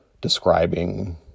describing